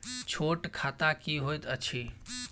छोट खाता की होइत अछि